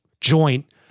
joint